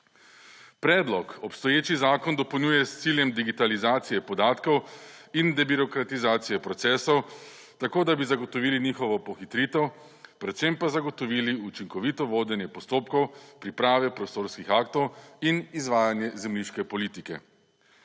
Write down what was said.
Predlog obstoječi zakon dopolnjuje s ciljem digitalizacije podatkov in debirokratizacije procesov tako, da bi zagotovili njihovo pohitritev, predvsem pa zagotovili učinkovito vodenje postopkov priprave prostorskih aktov in izvajanje zemljiške politike.